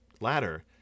ladder